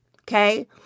okay